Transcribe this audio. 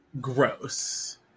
gross